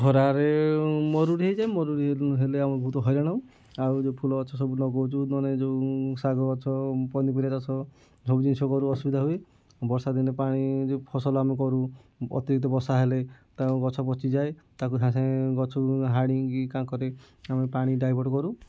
ଖରାରେ ମରୁଡ଼ି ହେଇଯାଏ ମରୁଡ଼ି ହେଲେ ଆମେ ବହୁତ ହଇରାଣ ହେଉ ଆଉ ଯେଉଁ ଫୁଲ ଗଛ ସବୁ ଲଗାଉ ନହେନେ ଯେଉଁ ଶାଗ ଗଛ ପନିପରିବା ଚାଷ ସବୁ ଜିନିଷ କରୁ ଅସୁବିଧା ହୁଏ ବର୍ଷା ଦିନେ ପାଣିରେ ଯେଉଁ ଫସଲ ଆମେ କରୁ ଅତିରିକ୍ତ ବର୍ଷା ହେଲେ ଗଛ ପଚିଯାଏ ତାକୁ ସାଙ୍ଗେ ସାଙ୍ଗେ ଗଛକୁ ହାଣିକି କାଙ୍କରେ ଆମେ ପାଣି ଡାଇଭର୍ଟ କରୁ